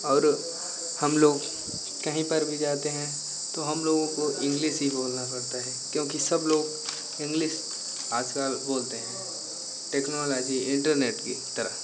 और हम लोग कहीं पर भी जाते हैं तो हम लोगों को इंग्लिश ही बोलना पड़ता है क्योंकि सब लोग इंग्लिश आज कल बोलते हैं टेक्नोलॉजी इन्टरनेट की तरह